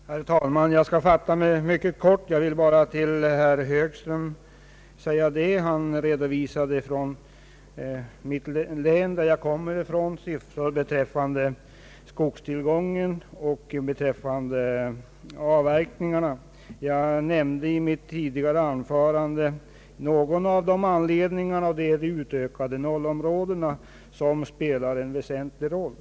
Herr talman! Jag skall fatta mig mycket kort — jag vill bara säga några ord till herr Högström. Han redovisade siffror från mitt län beträffande skogstillgången och avverkningarna. Jag nämnde en av anledningarna i mitt tidigare anförande. Det är de utökade O-områdena som spelar en väsentlig roll.